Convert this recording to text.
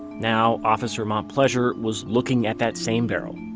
now officer montplaisir was looking at that same barrel.